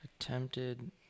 Attempted